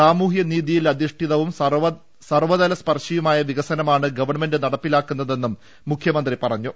സാമൂഹ്യനീതിയിലധിഷ്ഠിത്പും സർവതല സ്പർശിയുമായ വികസനമാണ് ഗവൺമെന്റ് ന്നടപ്പിലാക്കുന്നതെന്നും മുഖ്യമന്ത്രി പറഞ്ഞു